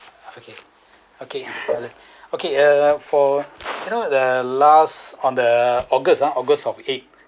okay okay okay (uh)for you know the last on the august ah august of eight